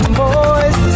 boys